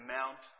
Mount